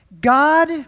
God